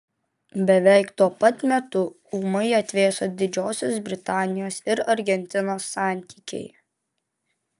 beveik tuo pat metu ūmai atvėso didžiosios britanijos ir argentinos santykiai